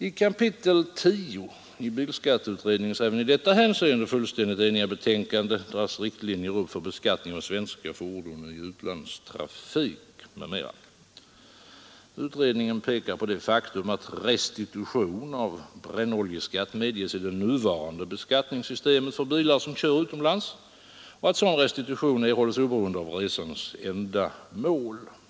I kapitel 10 i bilskatteutredningens även i detta hänseende fullständigt eniga betänkande dras riktlinjer upp för beskattning av svenska fordon i utlandstrafik m.m. Utredningen pekar på det faktum att restitution av brännoljeskatt medges i det nuvarande beskattningssystemet för bilar som kör utomlands och att sådan restitution erhålles oberoende av resans ändamål.